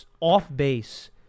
off-base –